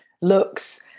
looks